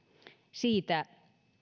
siitä